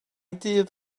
dydd